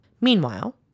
Meanwhile